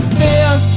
fear